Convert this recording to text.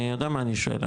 אני יודע מה אני שואל,